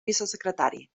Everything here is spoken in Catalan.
vicesecretari